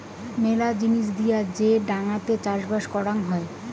মেলা জিনিস দিয়ে যে ডাঙাতে চাষবাস করাং হই